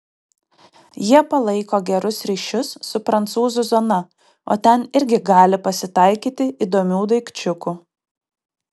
jie palaiko gerus ryšius su prancūzų zona o ten irgi gali pasitaikyti įdomių daikčiukų